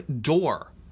door